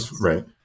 right